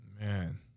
Man